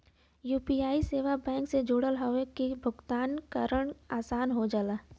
UPI सेवा bank से जुड़ल होये के कारण भुगतान आसान हो जाला